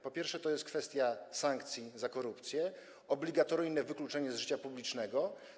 Po pierwsze, to jest kwestia sankcji za korupcję, obligatoryjne wykluczenie z życia publicznego.